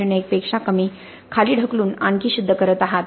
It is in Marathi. ०१ पेक्षा कमी खाली ढकलून आणखी शुद्ध करत आहात